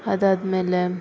ಅದಾದ್ಮೇಲೆ